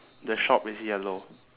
the shop is yellow